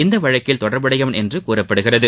இந்த வழக்கில் தொடர்புடையவன் என்று கூறப்படுகிறது